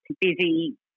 busy